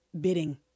bidding